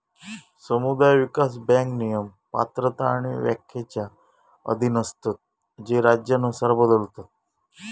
समुदाय विकास बँक नियम, पात्रता आणि व्याख्येच्या अधीन असतत जे राज्यानुसार बदलतत